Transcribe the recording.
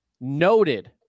noted